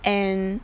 and